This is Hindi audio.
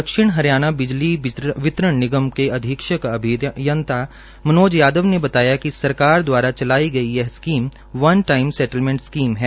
दक्षिण हरियाणा बिजली वितरण निगम के अधीक्षक अभियंता मनोज यादव ने बताया िक सरकार दवारा चलाई गई यह scheme one time settlement scheme है